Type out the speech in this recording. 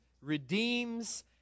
redeems